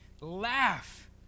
Laugh